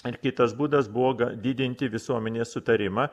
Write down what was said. ir kitas būdas buvo didinti visuomenės sutarimą